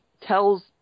tells